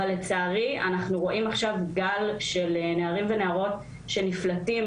אבל לצערי אנחנו רואים עכשיו גל של נערים ונערות שנפלטים